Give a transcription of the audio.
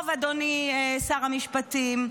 לגבי הצעת החוק, אדוני שר המשפטים,